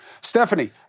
Stephanie